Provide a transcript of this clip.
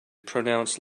pronounced